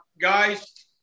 guys